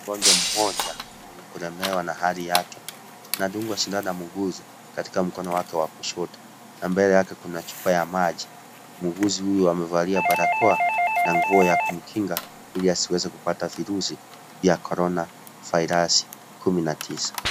Mgonjwa mmoja mwenye kulemewa na hali yake anadungwa sindano na muuguzi katika mkono wake wa kushoto na mbele yake kuna chupa ya maji, muuguzi huyo amevalia barakoa na nguo ya kumkinga ili asiweze kupata virusi vya korona (cs)vairasi(cs) kumi na tisa.